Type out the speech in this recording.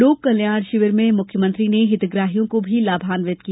लोककल्याण शिविर में मुख्यमंत्री ने हितग्रहियों को लाभान्वित भी किया